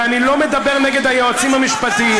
ואני לא מדבר נגד היועצים המשפטיים,